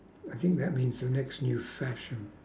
I think that means the next new fashion